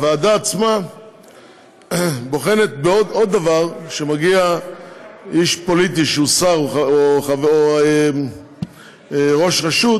הוועדה עצמה בוחנת עוד דבר: כשמגיע איש פוליטי שהוא שר או ראש רשות,